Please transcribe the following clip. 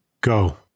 Go